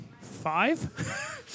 five